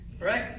Right